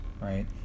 right